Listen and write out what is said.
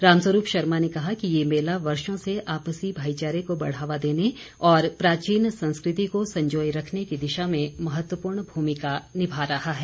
रामस्वरूप शर्मा ने कहा कि ये मेला वर्षों से आपसी भाईचारे को बढ़ावा देने और प्राचीन संस्कृति को संजोय रखने की दिशा में महत्वपूर्ण भूमिका निभा रहा है